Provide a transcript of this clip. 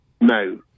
No